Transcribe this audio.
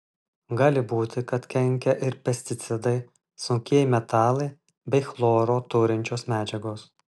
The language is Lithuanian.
gali būti kad kenkia ir pesticidai sunkieji metalai bei chloro turinčios medžiagos